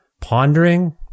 pondering